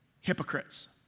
hypocrites